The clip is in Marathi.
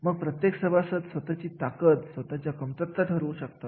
आणि प्रत्येक क्षेत्राच्या वेगवेगळ्या परिस्थिती असतात